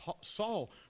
Saul